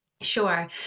Sure